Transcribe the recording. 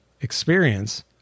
experience